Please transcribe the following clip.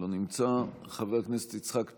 לא נמצא, חבר הכנסת יצחק פינדרוס,